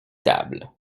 tables